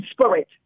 spirit